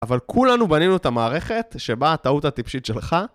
אבל כולנו בנינו את המערכת שבה הטעות הטיפשית שלך